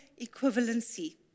equivalency